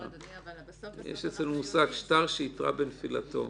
יש אצלנו מושג "שטר שאיתרע בנפילתו".